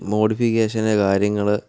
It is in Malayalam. മോഡിഫിക്കേഷൻ്റെ കാര്യങ്ങൾ